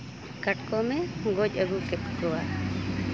ᱠᱟᱴᱠᱚᱢᱮ ᱜᱚᱡ ᱟᱹᱜᱩ ᱠᱮᱫ ᱠᱚᱣᱟ